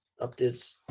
updates